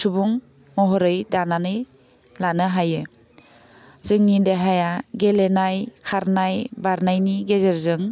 सुबुं महरै दानानै लानो हायो लानो हायो जोंनि देहाया गेलेनाय खारनाय बारनायनि गेजेरजों